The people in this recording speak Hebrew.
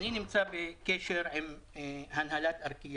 אני נמצא בקשר עם הנהלת ארקיע